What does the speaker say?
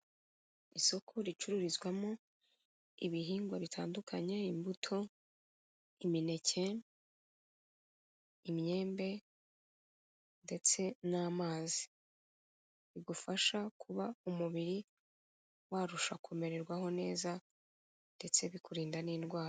Isoko ricururizwamo ibihingwa bitandukanyekanya imbuto, imineke, imyembe ndetse n'amazi, bigufasha kuba umubiri warusha kumererwaho neza ndetse bikurinda n'indwara.